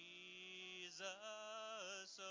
Jesus